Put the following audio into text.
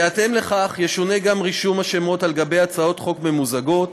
בהתאם לכך ישונה גם רישום השמות על-גבי הצעות חוק ממוזגות,